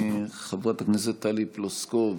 חברת הכנסת טלי פלוסקוב,